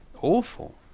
awful